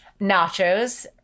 Nachos